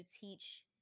teach